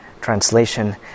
Translation